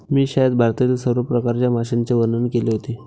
मी शाळेत भारतातील सर्व प्रकारच्या माशांचे वर्णन केले होते